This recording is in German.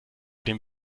den